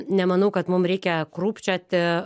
nemanau kad mum reikia krūpčioti